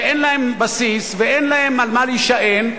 שאין להם בסיס ואין להם על מה להישען,